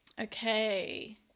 Okay